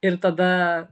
ir tada